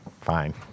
Fine